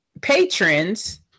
patrons